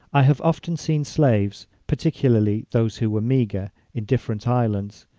i have often seen slaves, particularly those who were meagre, in different islands,